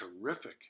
Terrific